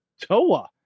Toa